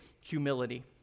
humility